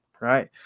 right